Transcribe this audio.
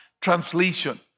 Translation